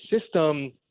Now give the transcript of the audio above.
system